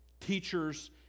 teachers